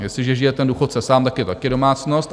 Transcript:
Jestliže žije ten důchodce sám, tak je také domácnost.